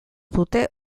dute